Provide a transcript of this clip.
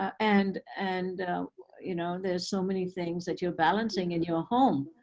and and you know there's so many things that you're balancing in your home.